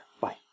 Bye